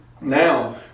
Now